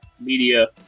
Media